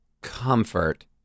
Comfort